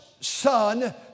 Son